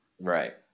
Right